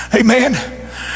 Amen